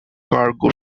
cargo